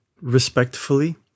respectfully